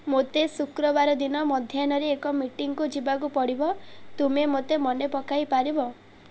ମୋତେ ଶୁକ୍ରବାର ଦିନ ମଧ୍ୟାହ୍ନରେ ଏକ ମିଟିଂକୁ ଯିବାକୁ ପଡ଼ିବ ତୁମେ ମୋତେ ମନେପକାଇ ପାରିବ